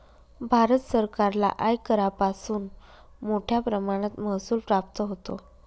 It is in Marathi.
भारत सरकारला आयकरापासून मोठया प्रमाणात महसूल प्राप्त होतो